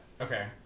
Okay